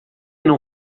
não